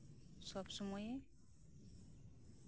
ᱥᱚᱵᱽ ᱥᱚᱢᱚᱭᱮ